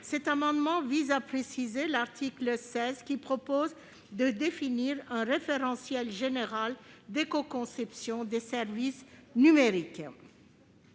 Cet amendement tend à préciser l'article 16, qui a pour objet de définir un « référentiel général d'écoconception des services numériques